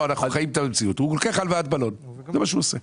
אנחנו חיים את המציאות; זה מה שהוא עושה.